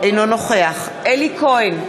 אינו נוכח אלי כהן,